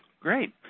Great